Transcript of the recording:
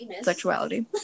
sexuality